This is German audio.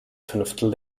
fünftel